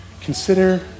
consider